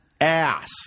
ass